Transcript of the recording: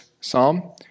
psalm